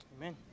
amen